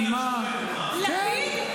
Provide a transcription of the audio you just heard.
פנים -------- ההתיישבות היא לא אלימה -- לפיד?